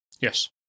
Yes